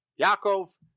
Yaakov